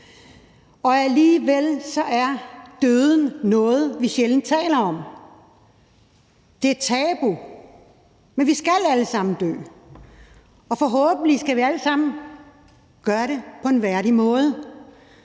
og alligevel er døden noget, vi sjældent taler om. Det er tabu. Men vi skal alle sammen dø, og forhåbentlig skal vi alle sammen gøre det på en værdig måde,